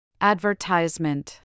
Advertisement